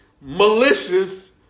Malicious